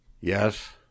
Yes